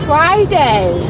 Friday